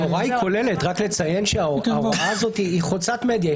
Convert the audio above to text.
רק לציין שההוראה הזאת היא חוצת מדיה,